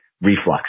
reflux